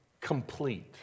complete